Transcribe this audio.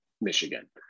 Michigan